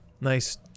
nice